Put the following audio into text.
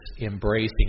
embracing